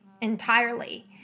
entirely